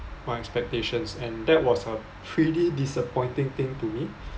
my expectations and that was a pretty disappointing thing to me